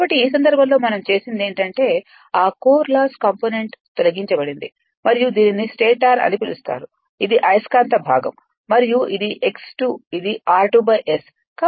కాబట్టి ఈ సందర్భంలో మనం చేసినది ఏమిటంటే ఆ కోర్ లాస్ కాంపోనెంట్ తొలగించబడింది మరియు దీనిని స్టేటర్ అని పిలుస్తారు ఇది అయస్కాంత భాగం మరియు ఇది x 2 ఇది r2S